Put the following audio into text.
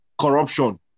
corruption